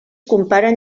comparen